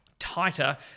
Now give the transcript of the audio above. tighter